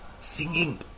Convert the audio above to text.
singing